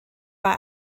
bei